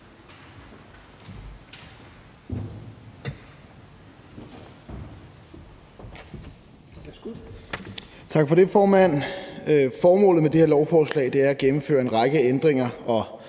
Tak for det, formand. Formålet med det her lovforslag er at gennemføre en række ændringer og